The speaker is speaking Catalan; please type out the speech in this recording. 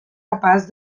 capaç